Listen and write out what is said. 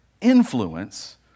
influence